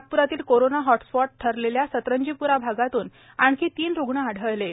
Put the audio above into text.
नागप्रातील corona hotspot ठरलेल्या सतरंजीप्रा भागातून आणखी तीन रुग्ण आढळले आहेत